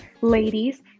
ladies